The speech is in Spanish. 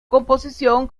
composición